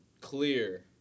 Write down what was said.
clear